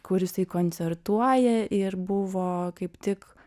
kur jisai koncertuoja ir buvo kaip tik